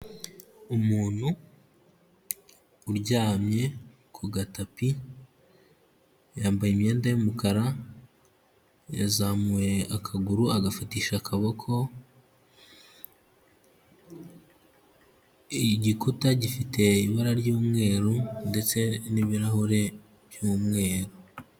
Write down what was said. Umuntu, uryamye, ku gatapi, yambaye imyenda yumukara, yazamuye akaguru agafatisha akaboko, igikuta gifite ibara ry'umweru, ndetse n'ibirahuri by'umweru.